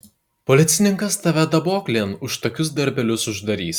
policininkas tave daboklėn už tokius darbelius uždarys